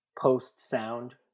post-sound